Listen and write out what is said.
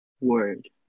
word